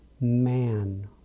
man